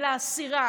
ולאסירה,